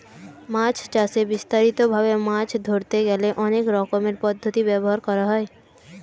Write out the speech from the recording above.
মাছ চাষে বিস্তারিত ভাবে মাছ ধরতে গেলে অনেক রকমের পদ্ধতি ব্যবহার করা হয়